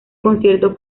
concierto